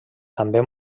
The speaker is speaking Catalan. també